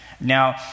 Now